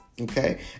Okay